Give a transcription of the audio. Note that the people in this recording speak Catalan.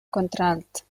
contralt